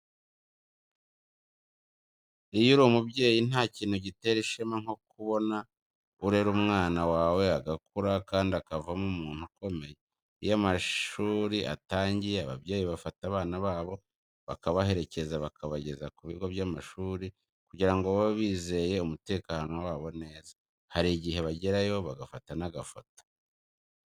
Iyo uri umubyeyi nta kintu gitera ishema nko kubona urera umwana wawe agakura kandi akavamo umuntu ukomeye. Iyo amashuri atangiye ababyeyi bafata abana babo bakabaherekeza bakabageza ku bigo by'amashuri kugira ngo babe bizeye umutekano wabo neza. Hari igihe bagerayo bagafata n'agafoto.